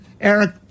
Eric